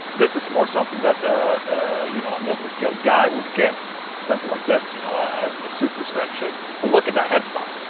this is more something that ah you know a multiscale guy would get something like this you know, ah ah a superstrat shape but look at that headstock